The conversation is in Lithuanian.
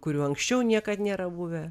kurių anksčiau niekad nėra buvę